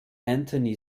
anthony